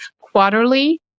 quarterly